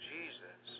Jesus